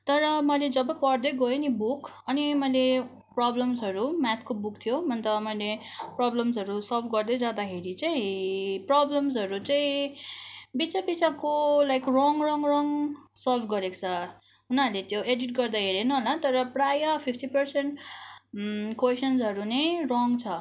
तर मैले जब पढ्दै गएँ नि बुक अनि मैले प्रब्लम्सहरू म्याथको बुक थियो अन्त मैले प्रब्लम्सहरू सल्भ गर्दै जाँदाखेरि चाहिँ प्रब्लम्सहरू चाहिँ बित्था बित्थाको like wrong wrong wrong solve गरेको छ उनीहरूले त्यो एडिट गर्दा हेरेन होला तर प्राय फिफ्टी पर्सेन्ट क्वेसन्सहरू नै रङ छ